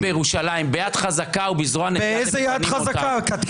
מקרים הסתבר שהמשטרה יוזמת בעצמה את חסימות הכבישים,